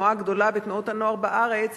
התנועה הגדולה בתנועות הנוער בארץ,